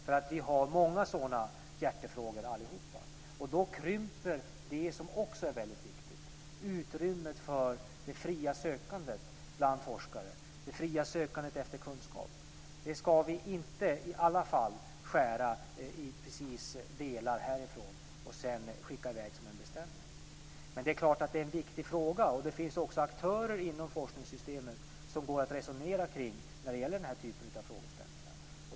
Vi har allihop många sådana hjärtefrågor, och en sådan åtgärd skulle krympa något som också är väldigt viktigt: utrymmet för det fria sökandet efter kunskap bland forskare. Vi ska inte skära bort delar av det härifrån och skicka i väg på beställning. Men det är klart att det är en viktig fråga, och det finns också aktörer inom forskningssystemet som det går att resonera med i den här typen av frågeställningar.